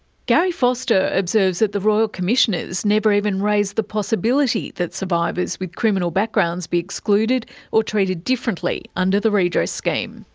gary foster observes that the royal commissioners never even raised the possibility that survivors with criminal backgrounds be excluded or treated differently under the redress scheme.